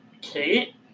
Kate